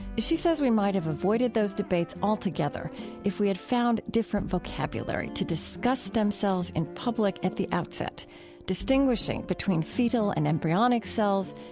she says we might've avoided those debates altogether if we had found different vocabulary to discuss stems cells in public at the outset distinguishing between fetal and embryonic cells,